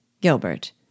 Gilbert